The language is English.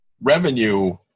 revenue